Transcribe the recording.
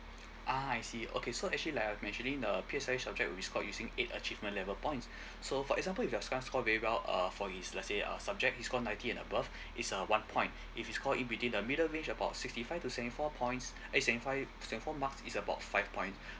ah I see okay so actually like I mentioning the P_S_L_E subject will be scored using eight achievement level points so for example if your son score very well uh for his let's say uh subject he scored ninety and above is uh one point if his score in between the middle range about sixty five to seventy four points eh seventy five seventy four marks is about five point